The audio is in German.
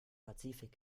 pazifik